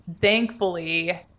thankfully